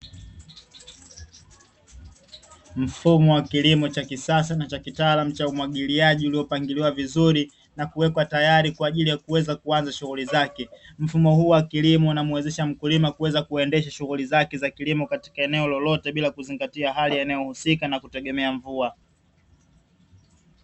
Mfumo wa kilimo cha kisasa na wa kitaalamu cha umwagiliaji, uliopangiliwa vizuri na kuwekwa tayari kwa ajili ya kuweza kuanza shughuli zake. Mfumo huu wa kilimo unamuwezesha mkulima kuendesha shughuli zake za kilimo katika eneo lolote bila kuzingatia hali ya eneo husika na bila kutegemea mvua.